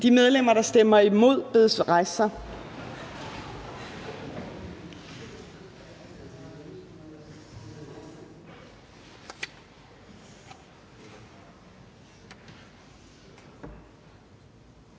De medlemmer, der stemmer imod, bedes rejse sig.